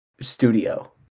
studio